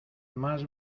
más